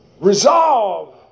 resolve